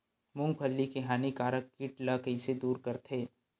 मूंगफली के हानिकारक कीट ला कइसे दूर करथे?